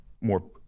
more